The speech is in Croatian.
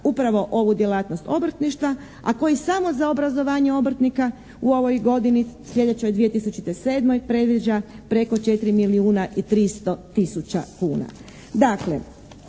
upravo ovu djelatnost obrtništva, a koji samo za obrazovanje obrtnika u ovoj godini, sljedećoj 2007. predviđa preko 4 milijuna i 300 tisuća kuna.